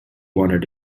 wondered